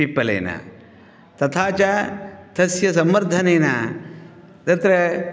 पिप्पलेन तथा च तस्य सम्वर्धनेन तत्र